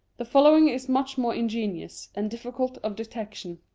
the following is much more ingenious, and diffi cult of detection.